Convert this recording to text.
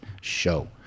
show